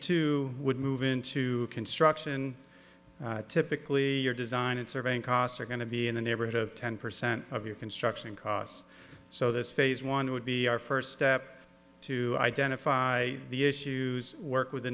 two would move into construction typically your design and surveying costs are going to be in the neighborhood of ten percent of your construction costs so this phase one would be our first step to identify the issues work with the